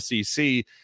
SEC